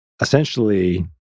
essentially